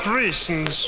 reasons